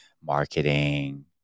marketing